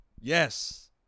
Yes